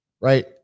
right